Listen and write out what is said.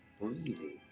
breathing